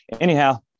Anyhow